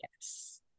Yes